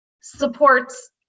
supports